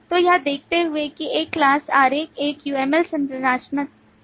तो यह देखते हुए कि एक class आरेख एक UML संरचनात्मक आरेख है